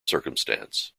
circumstance